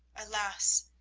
alas,